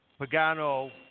Pagano